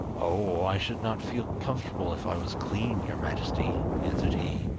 oh, i should not feel comfortable if i was clean, your majesty answered he,